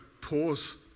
pause